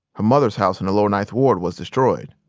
her mother's house in the lower ninth ward was destroyed.